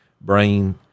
brain